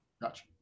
Gotcha